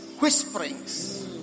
Whisperings